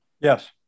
Yes